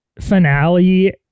finale